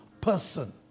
person